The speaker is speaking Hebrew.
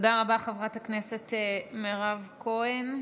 תודה רבה, חברת הכנסת מירב כהן.